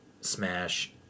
Smash